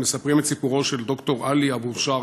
מספרים את סיפורו של ד"ר עלי אבו שרך,